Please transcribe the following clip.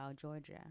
Georgia